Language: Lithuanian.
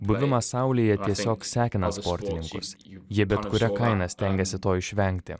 buvimas saulėje tiesiog sekina sportininkus jie bet kuria kaina stengiasi to išvengti